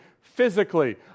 physically